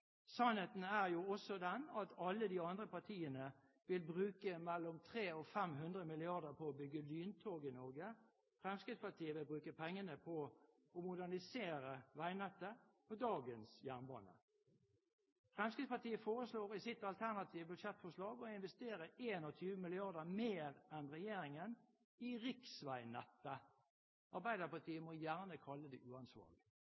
Sannheten er jo også den at alle de andre partiene vil bruke mellom 300 og 500 mrd. kr på å bygge lyntog i Norge. Fremskrittspartiet vil bruke pengene på å modernisere veinettet og dagens jernbane. Fremskrittspartiet foreslår i sitt alternative budsjettforslag å investere 21 mrd. kr mer enn regjeringen i riksveinettet. Arbeiderpartiet må gjerne kalle det uansvarlig.